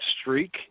streak